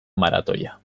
maratoia